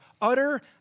Utter